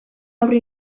aurre